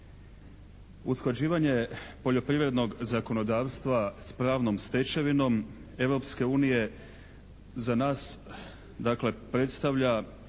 Usklađivanje poljoprivrednog zakonodavstva s pravnom stečevinom Europske unije za nas, dakle predstavlja